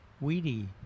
weedy